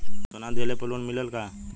सोना दहिले पर लोन मिलल का?